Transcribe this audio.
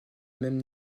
même